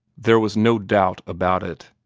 there was no doubt about it!